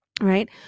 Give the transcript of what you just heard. right